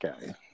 guy